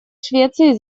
швеции